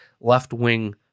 left-wing